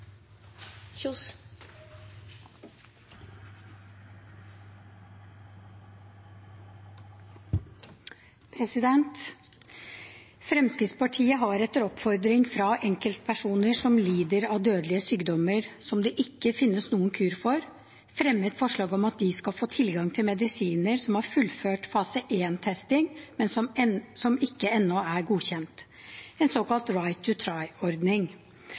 enkeltpersoner som lider av dødelige sykdommer som det ikke finnes noen kur for, fremmet forslag om at de skal få tilgang til medisiner som har fullført fase I-testing, men som ikke ennå er godkjent – en såkalt